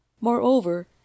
Moreover